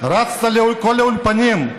רצת לכל האולפנים,